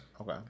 okay